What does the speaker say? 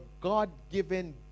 God-given